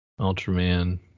Ultraman